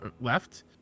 left